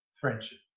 friendship